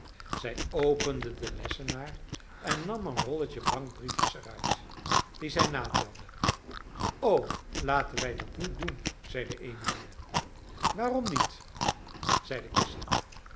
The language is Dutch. zij opende den lessenaar en nam een rolletje bankbriefjes er uit die zij natelde o laten wij dat niet doen zeide emmeline waarom niet zeide cassy